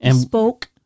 spoke